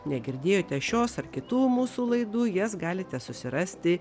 negirdėjote šios ar kitų mūsų laidų jas galite susirasti